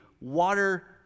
water